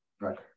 Right